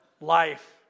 life